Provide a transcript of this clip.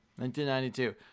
1992